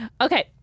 Okay